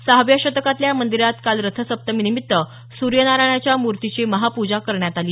सहाव्या शतकातल्या या मंदिरात काल रथसप्तमीनिमीत्त सूर्यनारायणाच्या मूर्तीची महापूजा करण्यात आली